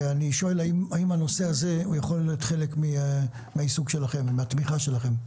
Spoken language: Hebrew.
אני שואל: האם הנושא הזה יכול להיות חלק מהעיסוק שלכם ומהתמיכה שלכם?